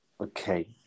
Okay